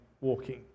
walking